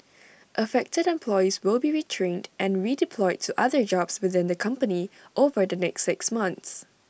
affected employees will be retrained and redeployed to other jobs within the company over the next six months